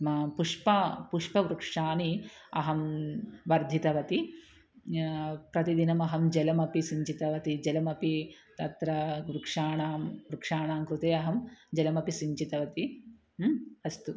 मा पुष्पं पुष्पवृक्षाणि अहं वर्धितवती प्रतिदिनमहं जलमपि सिञ्चितवती जलमपि तत्र वृक्षाणां वृक्षाणां कृते अहं जलमपि सिञ्चितवती अस्तु